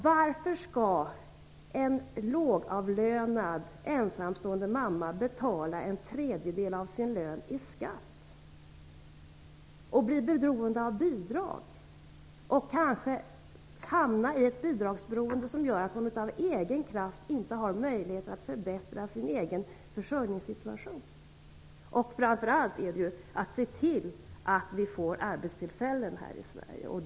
Varför skall en lågavlönad ensamstående mamma betala en tredjedel av sin lön i skatt och bli beroende av bidrag? Hon hamnar kanske i ett bidragsberoende som gör att hon inte har möjlighet att förbättra sin egen försörjningssituation av egen kraft. Framför allt gäller det ju att se till att vi får arbetstillfällen här i Sverige.